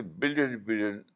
billion-billion